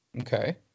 Okay